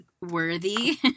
worthy